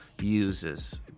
uses